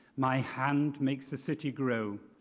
my hand makes the city grow.